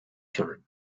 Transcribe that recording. children